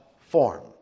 form